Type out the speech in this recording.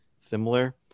similar